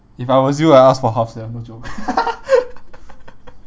if I was you I ask for half sia no joke